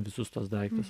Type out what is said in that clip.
visus tuos daiktus